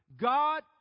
God